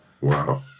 Wow